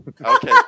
Okay